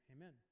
Amen